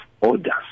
orders